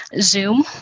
Zoom